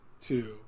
two